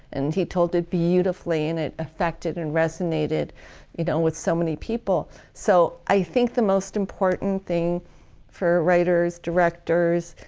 and he told it beautifully and it affected and resonated um with so many people. so i think the most important thing for writers, directors,